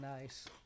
nice